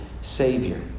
savior